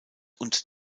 und